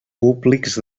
públics